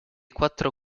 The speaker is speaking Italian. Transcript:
quattro